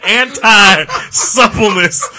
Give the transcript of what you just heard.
anti-suppleness